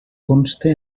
conste